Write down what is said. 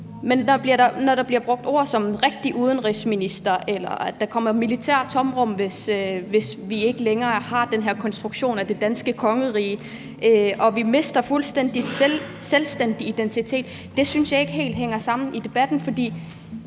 Men når der bliver brugt ord som »en rigtig udenrigsminister«, eller at der kommer et militært tomrum, hvis vi ikke længere har den her konstruktion af det danske kongerige, og at vi fuldstændig mister en selvstændig identitet, synes jeg ikke helt, det hænger sammen i debatten. For